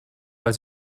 weil